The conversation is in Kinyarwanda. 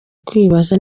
kwibaza